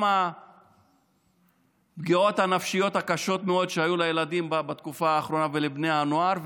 גם הפגיעות הנפשיות הקשות מאוד שהיו לילדים בתקופה האחרונה ולבני הנוער,